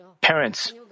Parents